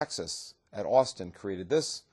Access at Austin created this